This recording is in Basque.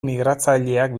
migratzaileak